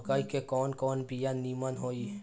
मकई के कवन कवन बिया नीमन होई?